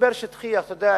משבר שטחי, אתה יודע,